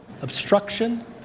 obstruction